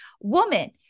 Woman